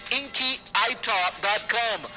inkyitalk.com